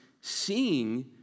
seeing